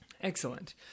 Excellent